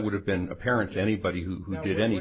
would have been apparent anybody who did any